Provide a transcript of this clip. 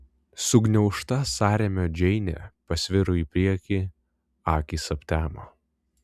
sugniaužta sąrėmio džeinė pasviro į priekį akys aptemo